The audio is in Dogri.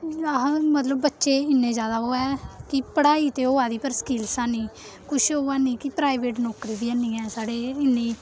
मतलब बच्चे इ'न्ने जैदा ओह् ऐ कि पढ़ाई ते होआ दी पर स्किलस है निं कुछ ओह् है निं कि प्राइवेट नौकरी बी है निं ऐ साढ़े इ'न्नी